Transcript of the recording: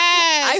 Yes